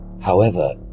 However